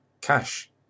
cash